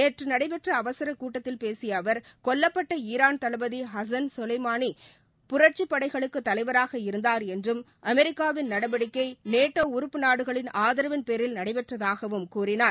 நேற்று நடைபெற்ற அவசரக் கூட்டத்தில் பேசிய அவர் கொல்லப்பட்ட ஈரான் தளபதி ஹாசன் சொலைமாளி புரட்சிப் படைகளுக்கு தலைவராக இருந்தார் என்றும் அமெரிக்காவின் நடவடிக்கை நேட்டோ உறுப்பு நாடுகளின் ஆதரவின் பேரில் நடைபெற்றதாகவம் கூறினார்